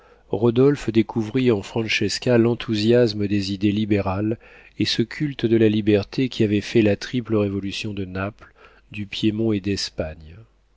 rodolphe découvrit en francesca l'enthousiasme des idées libérales et ce culte de la liberté qui avait fait la triple révolution de naples du piémont et d'espagne